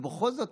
ובכל זאת,